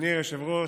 אדוני היושב-ראש,